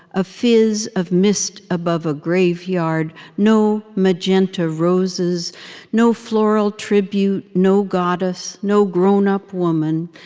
a phiz of mist above a graveyard, no magenta roses no floral tribute, no goddess, no grownup woman,